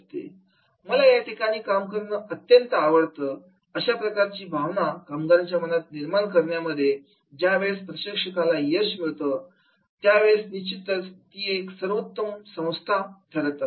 ' मला या ठिकाणी काम करणं अत्यंत आवडत' अशा प्रकारची भावना कामगारांच्या मनात निर्माण करण्यामध्ये ज्या वेळेला प्रशिक्षकाला शक्य होतं त्यावेळेला निश्चितच ती एक सर्वोत्तम संस्था ठरू शकते